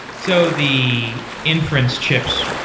so the inference chips,